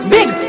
Big